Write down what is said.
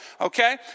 okay